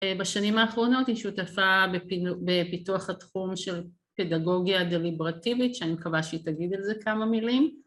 בשנים האחרונות היא שותפה בפיתוח התחום של פדגוגיה דליברטיבית, שאני מקווה שהיא תגיד על זה כמה מילים